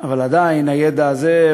הוא